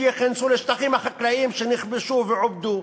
שייכנסו לשטחים החקלאיים שנכבשו ועובדו.